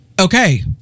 okay